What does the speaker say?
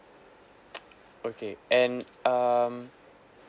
okay and um